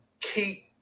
keep